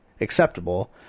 acceptable